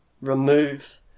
remove